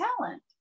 talent